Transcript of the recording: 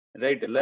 right